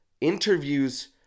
interviews